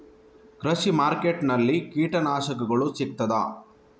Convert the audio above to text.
ಕೃಷಿಮಾರ್ಕೆಟ್ ನಲ್ಲಿ ಕೀಟನಾಶಕಗಳು ಸಿಗ್ತದಾ?